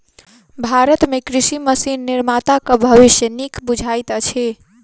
भारत मे कृषि मशीन निर्माताक भविष्य नीक बुझाइत अछि